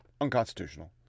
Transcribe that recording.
Unconstitutional